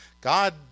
God